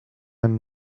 and